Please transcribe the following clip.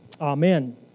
Amen